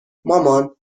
مامان